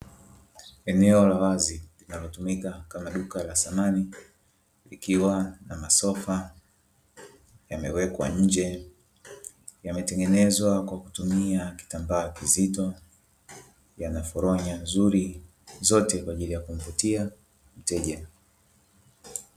Eneo la wazi litatumika kama duka la samani, ikiwa na sofa, yamewekwa nje, yametengenezwa kwa kutumia kitambaa kizito, kinafaa kwa hali ya jua, yote kwa ajili ya kukupatia faraja.